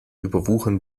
überwuchern